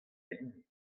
hini